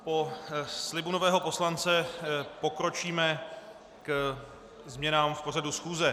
Po slibu nového poslance pokročíme k změnám pořadu schůze.